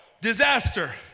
disaster